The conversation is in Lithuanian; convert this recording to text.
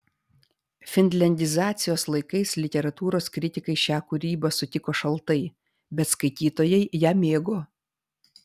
finliandizacijos laikais literatūros kritikai šią kūrybą sutiko šaltai bet skaitytojai ją mėgo